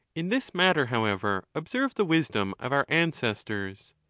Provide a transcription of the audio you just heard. in this matter, however, observe the wisdom of our ancestors.